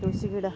ತುಳಸಿ ಗಿಡ